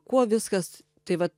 kuo viskas tai vat